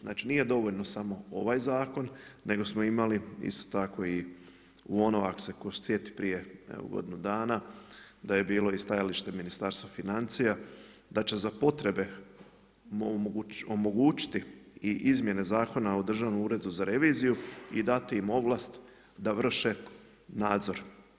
Znači nije dovoljno samo ovaj zakon nego smo imali isto tako u ono ako se neko sjeti prije godinu dana da je bilo stajalište Ministarstva financija da će za potrebe omogućiti i izmjene Zakona o Državnom uredu za reviziju i dati im ovlast da vrše nadzor.